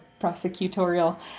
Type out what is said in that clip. prosecutorial